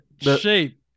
shape